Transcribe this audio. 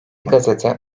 gazete